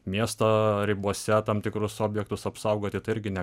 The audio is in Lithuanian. miesto ribose tam tikrus objektus apsaugoti tai irgi ne